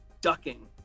ducking